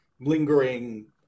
lingering